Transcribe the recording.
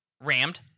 rammed